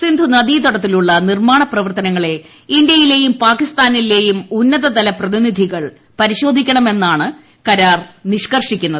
സിന്ധുനദീ തടത്തിലുള്ള നിർമ്മാണ പ്രവർത്തനങ്ങളെ ഇന്തൃയിലെയും പാകിസ്ഥാനിലെയും ഉന്നത തല പ്രതിനിധികൾ പരിശോധിക്കണമെ ന്നാണ് കരാർ നിഷ്ക്കർഷിക്കുന്നത്